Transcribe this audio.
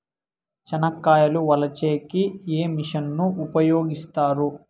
చెనక్కాయలు వలచే కి ఏ మిషన్ ను ఉపయోగిస్తారు?